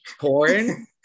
porn